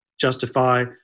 justify